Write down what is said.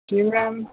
जी ma'am